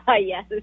Yes